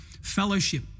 fellowship